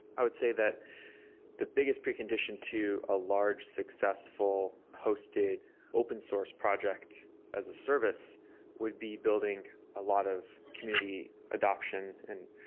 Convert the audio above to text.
i would say that the biggest precondition to a large successful hosted open source project as a service would be building a lot of community adaption, and